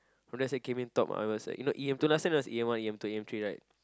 lets say came in top I was like you know last time theres E_M-one E_M-two and E_M-three right